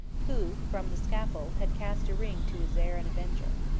who from the scaffold had cast a ring to his heir and avenger.